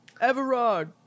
Everard